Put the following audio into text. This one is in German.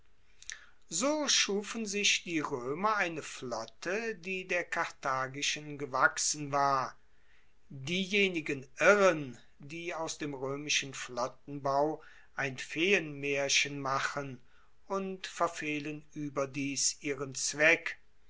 so schufen sich die roemer eine flotte die der karthagischen gewachsen war diejenigen irren die aus dem roemischen flottenbau ein feenmaerchen machen und verfehlen ueberdies ihren zweck